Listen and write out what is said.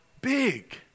big